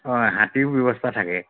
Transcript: অঁ হাতীৰো ব্যৱস্থা থাকে